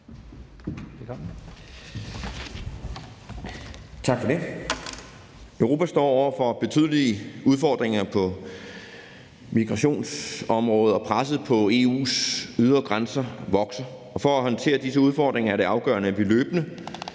Tak for det. Europa står over for betydelige udfordringer på migrationsområdet, og presset på EU's ydre grænser vokser. For at håndtere disse udfordringer er det afgørende, at vi løbende